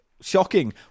Shocking